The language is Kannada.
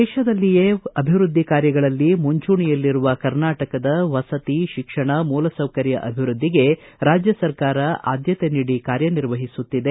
ದೇಶದಲ್ಲಿಯೇ ಅಭಿವೃದ್ದಿ ಕಾರ್ಯಗಳಲ್ಲಿ ಮುಂಚೂಣಿಯಲ್ಲಿರುವ ಕರ್ನಾಟಕ ರಾಜ್ಯದ ವಸತಿ ಶಿಕ್ಷಣ ಮೂಲಸೌಕರ್ಯ ಅಭಿವೃದ್ದಿಗೆ ಕರ್ನಾಟಕ ಸರ್ಕಾರ ಆದ್ದತೆ ನೀಡಿ ಕಾರ್ಯನಿರ್ವಹಿಸುತ್ತಿದೆ